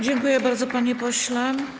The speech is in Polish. Dziękuję bardzo, panie pośle.